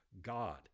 God